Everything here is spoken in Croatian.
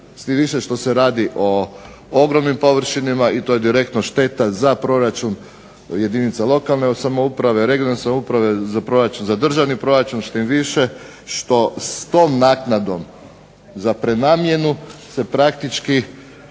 što se radi o ogromnim površinama i to je direktno šteta za proračun jedinica lokalne samouprave, regionalne samouprave za državni proračun, tim više što s tom naknadom za prenamjenu se plaća